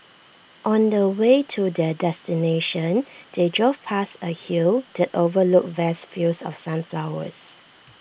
on the way to their destination they drove past A hill that overlooked vast fields of sunflowers